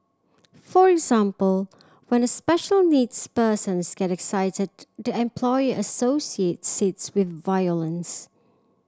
for example when a special needs persons get excited the employer associates it with violence